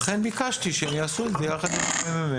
לכן ביקשתי שהם יעשו את זה יחד עם הממ"מ,